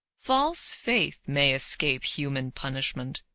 false faith may escape human punishment,